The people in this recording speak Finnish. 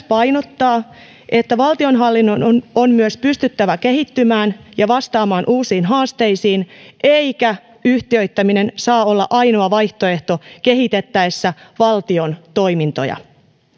painottaa että valtionhallinnon on on myös pystyttävä kehittymään ja vastaamaan uusiin haasteisiin eikä yhtiöittäminen saa olla ainoa vaihtoehto kehitettäessä valtion toimintoja